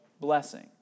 blessing